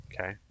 okay